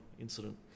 incident